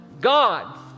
God